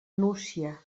nucia